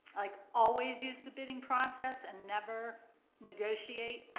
like, always use the bidding process and never negotiate?